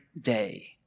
day